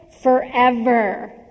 forever